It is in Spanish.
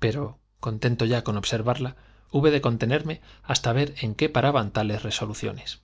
pero contento ya con hasta observarla hube de contenerme ver en qué paraban tales resoluciones